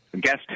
guest